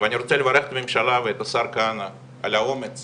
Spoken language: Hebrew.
אני רוצה לברך את הממשלה ואת השר כהנא על האומץ